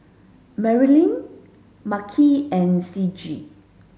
Marilynn Makhi and Ciji